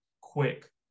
quick